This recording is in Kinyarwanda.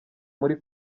muri